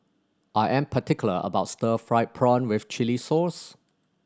I am particular about stir fried prawn with chili sauce